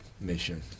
mission